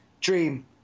Dream